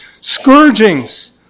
scourgings